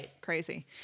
crazy